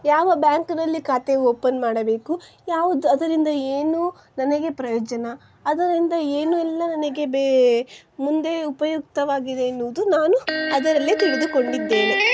ಯಾವ ಬ್ಯಾಂಕ್ನಲ್ಲಿ ಖಾತೆ ಓಪನ್ ಮಾಡಬೇಕು ಯಾವುದು ಅದರಿಂದ ಏನು ನನಗೆ ಪ್ರಯೋಜನ ಅದರಿಂದ ಏನು ಎಲ್ಲ ನನಗೆ ಬೇ ಮುಂದೆ ಉಪಯುಕ್ತವಾಗಿದೆ ಎನ್ನುವುದು ನಾನು ಅದರಲ್ಲಿ ತಿಳಿದುಕೊಂಡಿದ್ದೇನೆ